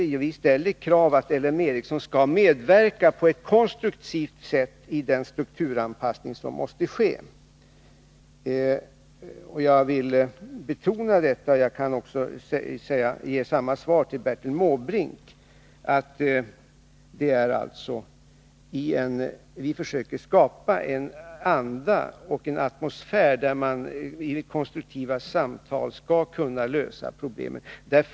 Vi ställer kravet att LM Ericsson på ett konstruktivt sätt skall medverka i den strukturanpass ning som måste ske. Jag vill betona detta, och jag kan ge samma svar till Bertil Måbrink. Vi försöker skapa en anda och en atmosfär där man i konstruktiva samtal skall kunna lösa problemen.